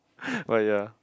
but yeah